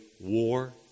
war